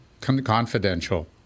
confidential